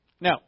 Now